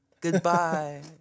goodbye